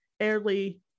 early